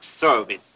service